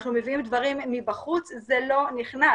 אנחנו מביאים דברים מבחוץ, זה לא נכנס.